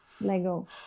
Lego